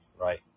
right